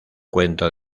cuento